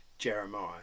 Jeremiah